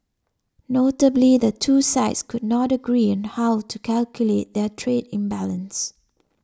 notably the two sides could not agree on how to calculate their trade imbalance